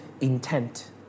intent